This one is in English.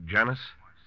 Janice